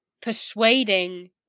persuading